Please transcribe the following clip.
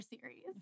series